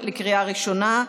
בקריאה ראשונה.